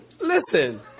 Listen